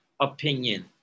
opinion